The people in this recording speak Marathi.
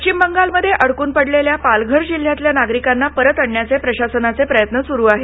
पश्चिम बंगाल मध्ये अडकून पडलेल्या पालघर जिल्ह्यातील नागरिकांना परत आणण्याचे प्रशासनाचे प्रयत्न सुरु आहेत